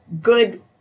good